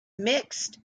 mixed